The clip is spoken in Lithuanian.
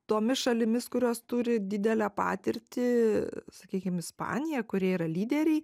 tomis šalimis kurios turi didelę patirtį sakykim ispanija kurie yra lyderiai